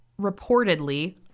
reportedly